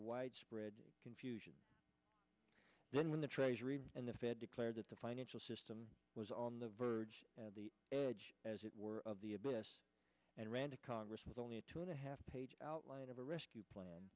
widespread confusion then when the treasury and the fed declared that the financial system was on the verge of the edge as it were of the abyss and ran to congress with only a two and a half page outline of a rescue plan